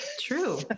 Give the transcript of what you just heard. true